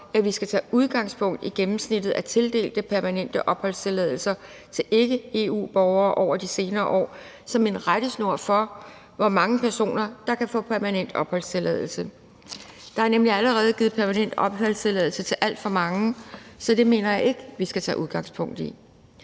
at vi skal tage udgangspunkt i gennemsnittet af tildelte permanente opholdstilladelser til ikke-EU-borgere over de senere år som en rettesnor for, hvor mange personer der kan få permanent opholdstilladelse. Der er nemlig allerede givet permanent opholdstilladelse til alt for mange, så det mener jeg ikke vi skal tage udgangspunkt i.